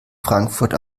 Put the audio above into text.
frankfurt